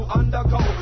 undergo